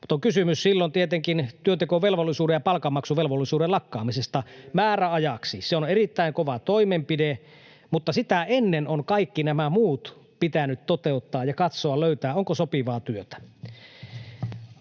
vaan kysymys on silloin tietenkin työntekovelvollisuuden ja palkanmaksuvelvollisuuden lakkaamisesta määräajaksi. Se on erittäin kova toimenpide, mutta sitä ennen on kaikki nämä muut pitänyt toteuttaa ja katsoa, löytyykö sopivaa työtä.